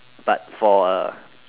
but for